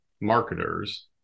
marketers